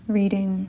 reading